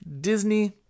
Disney